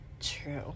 True